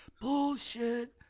bullshit